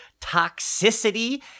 toxicity